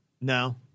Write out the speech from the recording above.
No